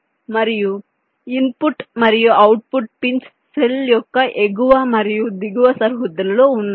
మరియు ఇన్పుట్ మరియు output pins cell యొక్క ఎగువ మరియు దిగువ సరిహద్దులలో ఉన్నాయి